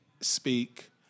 Speak